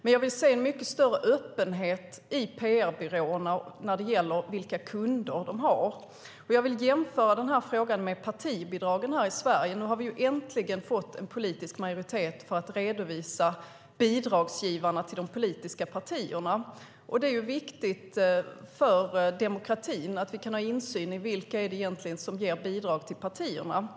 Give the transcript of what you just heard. Men jag vill se en mycket större öppenhet i PR-byråerna när det gäller vilka kunder de har. Jag vill jämföra denna fråga med frågan om partibidragen här i Sverige. Nu har vi äntligen fått en politisk majoritet för att de som ger bidrag till de politiska partierna ska redovisas. Det är viktigt för demokratin att vi kan ha insyn i vilka som egentligen ger bidrag till partierna.